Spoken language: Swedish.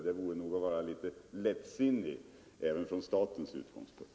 Det vore att vara litet lättsinnig även från statens utgångspunkt.